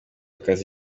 akazi